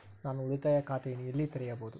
ನಾನು ಉಳಿತಾಯ ಖಾತೆಯನ್ನು ಎಲ್ಲಿ ತೆರೆಯಬಹುದು?